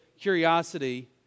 curiosity